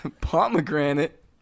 Pomegranate